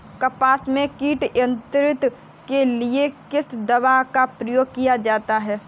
कपास में कीट नियंत्रण के लिए किस दवा का प्रयोग किया जाता है?